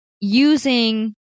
using